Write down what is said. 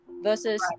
versus